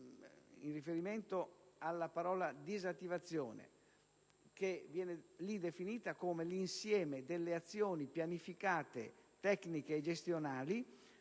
in riferimento alla parola disattivazione, che viene lì definita come «l'insieme delle azioni pianificate, tecniche e gestionali,